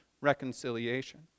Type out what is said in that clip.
reconciliation